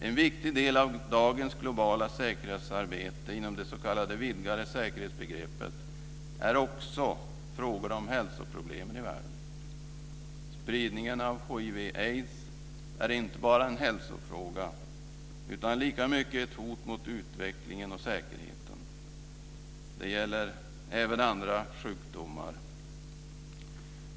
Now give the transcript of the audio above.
En viktig del av dagens globala säkerhetsarbete inom det s.k. vidgade säkerhetsbegreppet är också frågor om hälsoproblemen i världen. Spridningen av hiv/aids är inte bara en hälsofråga, utan lika mycket ett hot mot utvecklingen och säkerheten. Det gäller även andra sjukdomar.